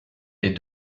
est